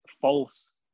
false